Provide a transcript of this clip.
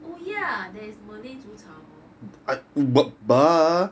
oh ya there's malay 煮炒 hor